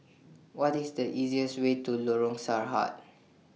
What IS The easiest Way to Lorong Sarhad